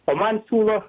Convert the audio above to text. o man siūlo